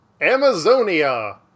Amazonia